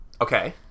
Okay